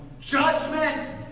judgment